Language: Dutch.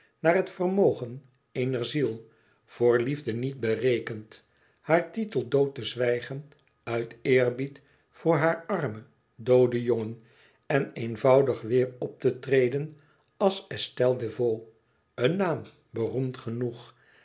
naar het vermogen eener ziel voor liefde niet berekend haar titel dood te zwijgen uit eerbied voor haar armen dooden jongen en eenvoudig weêr op te treden als estelle desvaux een naam beroemd genoeg